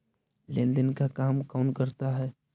लेन देन का काम कौन करता है?